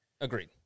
Agreed